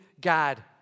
God